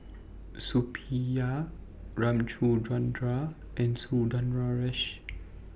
Suppiah Ramchundra and Sundaresh